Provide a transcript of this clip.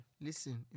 Listen